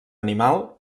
animal